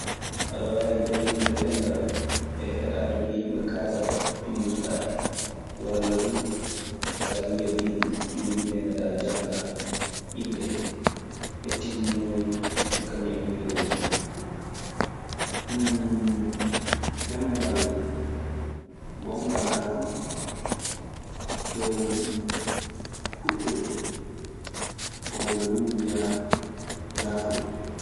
Aɗa waawi janngirde ɗenngal e heɗaade ko yimɓe kaalata pillitoɗaa hen walla duu, so aɗe yiya binndi, mbindaneɗaa janngaa: inɗe e tinndinooji e kañun e niimorooji. Ɗemngal gonngal kaa fu, ɗee woni puɗɗirɗe. Walla duu mbiyaa jaafuɗe.